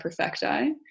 Perfecti